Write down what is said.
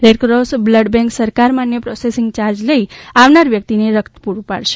Red Cross blood bank સરકાર માન્ય processing charge લઇ આવનાર વ્યકિતને રકત પૂર્ટ પાડશે